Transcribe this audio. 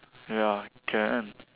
ya can